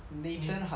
nate